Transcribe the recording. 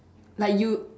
like you